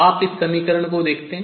आप इस समीकरण को देखते हैं